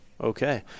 okay